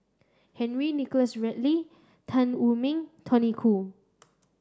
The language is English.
Henry Nicholas Ridley Tan Wu Meng Tony Khoo